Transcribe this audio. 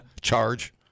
charge